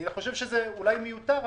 אני חושב שזה אולי מיותר,